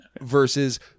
versus